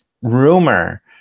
rumor